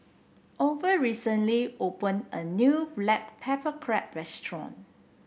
Orvel recently open a new Black Pepper Crab restaurant